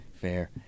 Fair